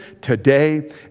today